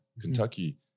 Kentucky